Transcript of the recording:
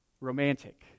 Romantic